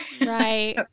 Right